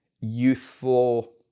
youthful